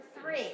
three